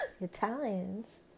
Italians